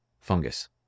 Fungus